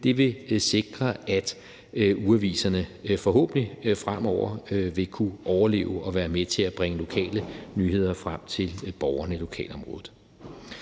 vil sikre, at ugeaviserne forhåbentlig fremover vil kunne overleve og være med til at bringe lokale nyheder frem til borgerne i lokalområdet.